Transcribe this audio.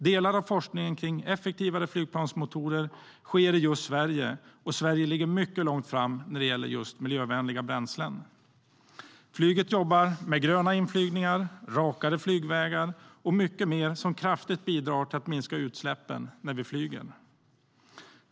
Delar av forskningen kring effektivare flygplansmotorer sker i just Sverige, och Sverige ligger mycket långt fram när det gäller miljövänliga bränslen. Flyget jobbar med gröna inflygningar, rakare flygvägar och mycket mer som kraftigt bidrar till att minska utsläppen när vi flyger.